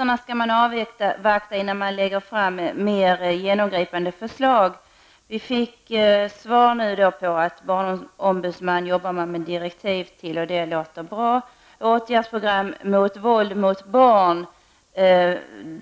dessa konferenser innan man lägger fram mer genomgripande förslag. Vi fick dock svar på att man arbetar med direktiven om utredningen om barnombudsmannen. Det låter bra.